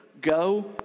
Go